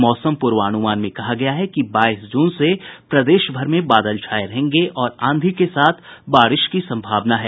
मौसम पूर्वानुमान में कहा गया है कि बाईस जून से प्रदेशभर में बादल छाये रहेंगे और आंधी के साथ बारिश की सम्भावना है